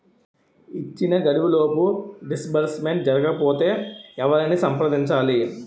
ఇచ్చిన గడువులోపు డిస్బర్స్మెంట్ జరగకపోతే ఎవరిని సంప్రదించాలి?